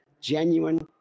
genuine